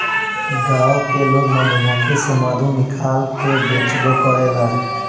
गाँव के लोग मधुमक्खी से मधु निकाल के बेचबो करेला